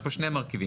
יש פה שני מרכיבים,